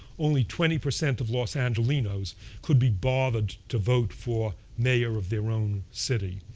only twenty percent of los angelenos could be bothered to vote for mayor of their own city.